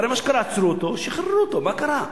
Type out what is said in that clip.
הרי מה שקרה, עצרו אותו, שחררו אותו, מה קרה?